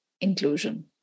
inclusion